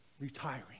Retiring